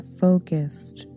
focused